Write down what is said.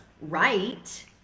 right